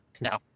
No